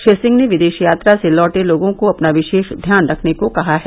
श्री सिंह ने विदेश यात्रा से लौटे लोगों को अपना विशेष ध्यान रखने को कहा है